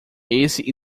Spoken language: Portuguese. esse